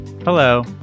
Hello